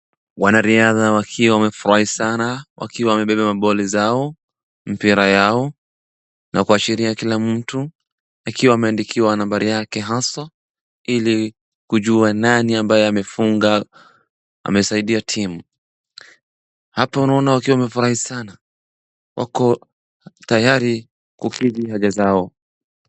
Wanariadha wakiwa wamefurahi sana, wakiwa wamebeba boli zao. mpira yao, na kuashiria kila mtu akiwa ameandikiwa nambari yake hasaa ili kujua nani ambaye amefunga amesaidia timu. Hapo naona wakiwa wamefurahi sana, wako tayari kukidhi haja zao.